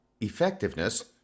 effectiveness